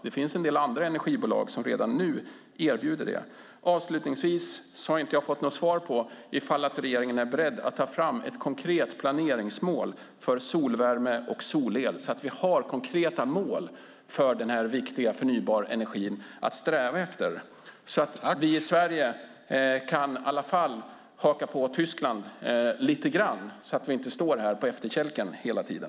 Det finns en del andra energibolag som redan nu erbjuder det. Jag har inte fått svar på om regeringen är beredd att ta fram ett konkret planeringsmål för solvärme och solel så att vi har konkreta mål för den viktiga förnybara energin att sträva efter och så att vi kan haka på Tyskland åtminstone lite och inte vara på efterkälken hela tiden.